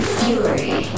fury